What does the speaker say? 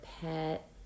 pet